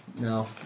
No